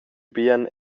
bien